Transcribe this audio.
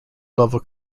level